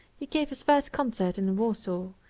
he gave his first concert in warsaw,